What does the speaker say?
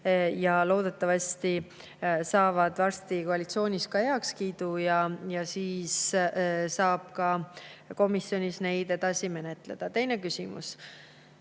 ja loodetavasti need saavad varsti koalitsioonis ka heakskiidu ja siis saab ka komisjonis neid edasi menetleda. Teine küsimus: